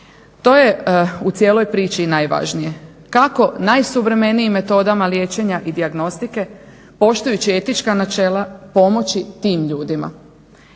To je u cijeloj priči i najvažnije kako najsuvremenijim metodama liječenja i dijagnostike poštujući etička načela pomoći tim ljudima.